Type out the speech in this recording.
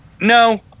No